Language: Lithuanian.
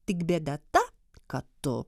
tik bėda ta kad tu